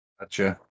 Gotcha